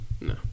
No